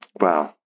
wow